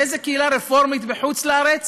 באיזו קהילה רפורמית בחוץ-לארץ